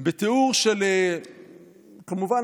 כמובן,